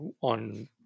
on